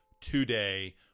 Today